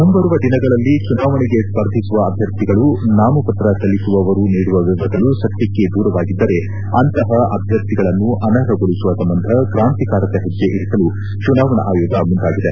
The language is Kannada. ಮುಂಬರುವ ದಿನಗಳಲ್ಲಿ ಚುನಾವಣೆಗೆ ಸ್ಪರ್ಧಿಸುವ ಅಭ್ವರ್ಥಿಗಳು ನಾಮಪತ್ರ ಸಲ್ಲಿಸುವವರು ನೀಡುವ ವಿವರಗಳು ಸತ್ವಕ್ಕೆ ದೂರವಾಗಿದ್ದರೆ ಅಂತಹ ಅಭ್ವರ್ಥಿಗಳನ್ನು ಅನರ್ಹಗೊಳಿಸುವ ಸಂಬಂಧ ಕ್ರಾಂತಿಕಾರಕ ಹೆಜ್ಜೆ ಇರಿಸಲು ಚುನಾವಣಾ ಆಯೋಗ ಮುಂದಾಗಿದೆ